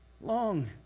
Long